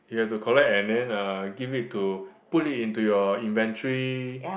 you have to collect and then uh give it to put it in your inventory